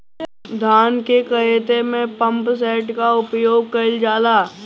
धान के ख़हेते में पम्पसेट का उपयोग कइल जाला?